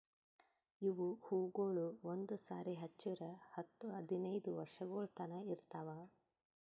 ಇವು ಹೂವುಗೊಳ್ ಒಂದು ಸಾರಿ ಹಚ್ಚುರ್ ಹತ್ತು ಹದಿನೈದು ವರ್ಷಗೊಳ್ ತನಾ ಇರ್ತಾವ್